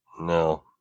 No